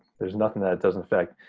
there's nothing that it doesn't affect.